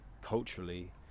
culturally